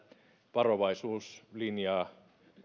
varovaisuuslinjaa